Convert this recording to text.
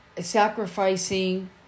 sacrificing